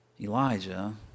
Elijah